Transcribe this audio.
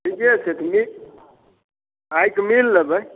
ठीके छै तऽ मी आइके मिल लेबै